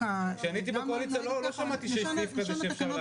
התכנית לסיוע כלכלי (נגיף הקורונה החדש) (הוראת שעה) (תיקון מספר 6),